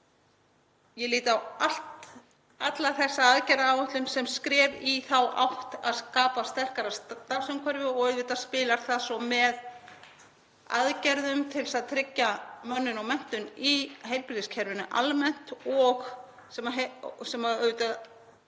Ég lít á alla þessa aðgerðaáætlun sem skref í þá átt að skapa sterkara starfsumhverfi og auðvitað spilar það svo með aðgerðum til að tryggja mönnun og menntun í heilbrigðiskerfinu almennt. Við þurfum að